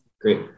great